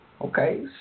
Okay